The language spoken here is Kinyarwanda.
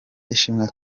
ishimwe